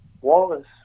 Wallace